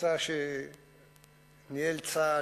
מבצע שניהל צה"ל,